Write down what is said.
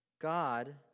God